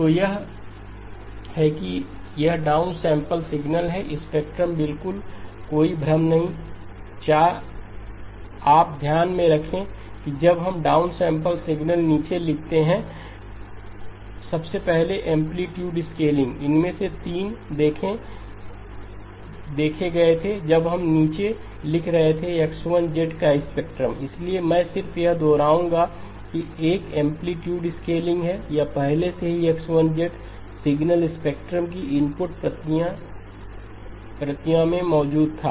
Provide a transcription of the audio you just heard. तो यह है कि यह डाउनसेंपल सिग्नल है स्पेक्ट्रम बिल्कुल कोई भ्रम नहीं है 4 आप ध्यान में रखें जब हम डाउनसेंपल सिग्नल नीचे लिखते हैं सबसे पहले एंप्लीट्यूड स्केलिंग इनमें से 3 देखे गए थे जब हम नीचे लिख रहे थे X1 का स्पेक्ट्रम इसलिए मैं सिर्फ यह दोहराऊंगा कि 1 एंप्लीट्यूड स्केलिंग है यह पहले से ही X1 सिग्नल स्पेक्ट्रम के इनपुट की प्रतियों प्रतियों में मौजूद था